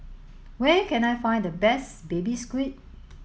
where can I find the best baby squid